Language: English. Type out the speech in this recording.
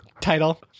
title